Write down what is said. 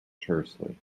tersely